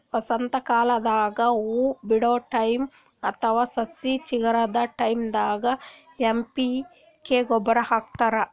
ವಸಂತಕಾಲದಾಗ್ ಹೂವಾ ಬಿಡೋ ಟೈಮ್ ಅಥವಾ ಸಸಿ ಚಿಗರದ್ ಟೈಂದಾಗ್ ಎನ್ ಪಿ ಕೆ ಗೊಬ್ಬರ್ ಹಾಕ್ತಾರ್